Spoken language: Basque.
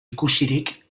ikusirik